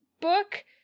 book